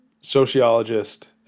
sociologist